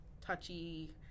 touchy